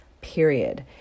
Period